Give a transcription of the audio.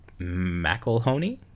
McElhone